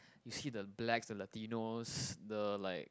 you see the blacks the Latinos the like